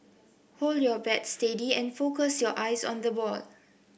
hold your bat steady and focus your eyes on the ball